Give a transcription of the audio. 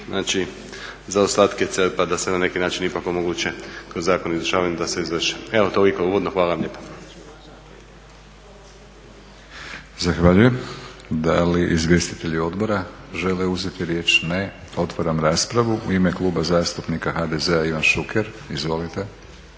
Znači, za ostatke CERP-a da se na neki način ipak omoguće kroz Zakon o izvršavanju da se izvrše. Evo toliko uvodno. Hvala vam lijepa. **Batinić, Milorad (HNS)** Zahvaljujem. Da li izvjestitelji odbora žele uzeti riječ? Ne. Otvaram raspravu. U ime Kluba zastupnika HDZ-a Ivan Šuker. Izvolite.